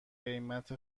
قیمت